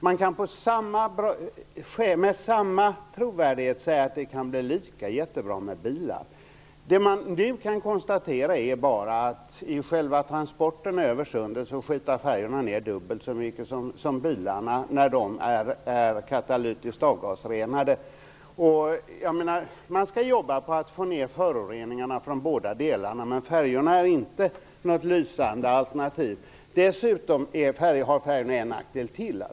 Men man kan med samma trovärdighet säga att det blir lika bra med bilar. Det vi nu kan konstatera är att färjorna under själva transporten över sundet smutsar ned dubbelt så mycket som bilar som är katalytiskt avgasrenade. Man skall jobba med att få ned föroreningarna från både bilar och färjor. Men färjorna är inte något lysande alternativ. Dessutom har färjorna en nackdel till.